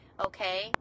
okay